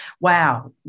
wow